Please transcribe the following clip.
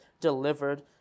delivered